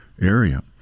area